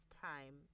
time